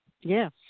Yes